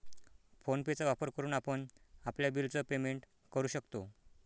phone पे चा वापर करून आपण आपल्या बिल च पेमेंट करू शकतो